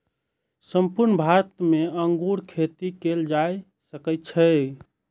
संपूर्ण भारत मे अंगूर खेती कैल जा सकै छै